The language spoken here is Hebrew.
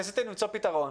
הפתרון